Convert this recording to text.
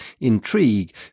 intrigue